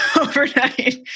overnight